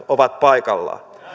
ovat paikallaan